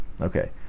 Okay